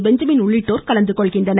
Benjamin உள்ளிட்டோர் கலந்து கொள்கின்றனர்